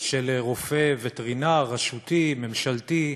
של רופא וטרינר רשותי, ממשלתי,